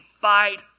fight